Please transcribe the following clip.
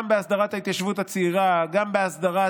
גם בהסדרת